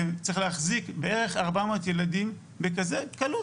שצריך להחזיק בערך 400 ילדים בכזאת קלות